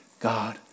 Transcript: God